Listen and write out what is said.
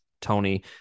Tony